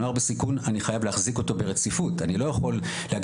נוער בסיכון אני חייב להחזיק אותו ברציפות,